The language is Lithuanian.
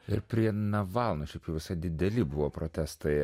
ir prie navalno šūkiu visa dideli buvo protestai